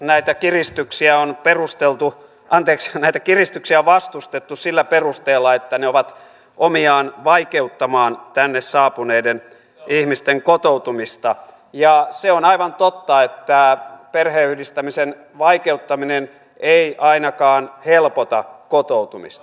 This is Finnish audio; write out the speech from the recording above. näitä kiristyksiä on vastustettu sillä perusteella että ne ovat omiaan vaikeuttamaan tänne saapuneiden ihmisten kotoutumista ja se on aivan totta että perheenyhdistämisen vaikeuttaminen ei ainakaan helpota kotoutumista